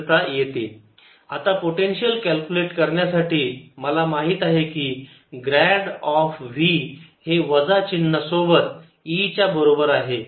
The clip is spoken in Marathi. r≤R Dk0EE 1kQ4π0 r2r rR D 0E E 1kQ4π0 r2r आता पोटेन्शियल कॅल्क्युलेट करण्यासाठी मला माहित आहे ग्रँड ऑफ v हे वजा चिन्ह सोबत E च्या बरोबर आहे